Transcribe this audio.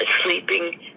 sleeping